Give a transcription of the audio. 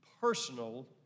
personal